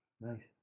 Nice